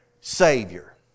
savior